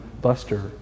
Buster